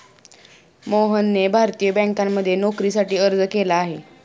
मोहनने भारतीय बँकांमध्ये नोकरीसाठी अर्ज केला आहे